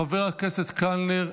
חבר הכנסת קלנר,